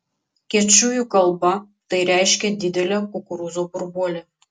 kečujų kalba tai reiškia didelę kukurūzo burbuolę